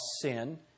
sin